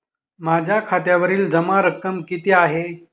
माझ्या खात्यावरील जमा रक्कम किती आहे?